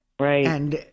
right